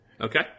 okay